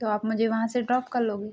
तो आप मुझे वहाँ से ड्रॉप कर लोगे